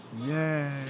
Yay